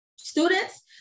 students